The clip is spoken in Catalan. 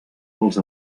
dels